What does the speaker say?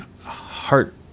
heart